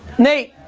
nate.